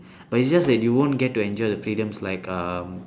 but it's just that you won't get to enjoy the freedom like um